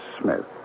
Smith